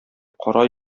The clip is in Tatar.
кара